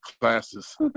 classes